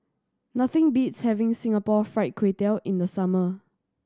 nothing beats having Singapore Fried Kway Tiao in the summer